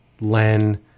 Len